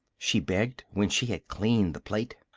she begged, when she had cleaned the plate.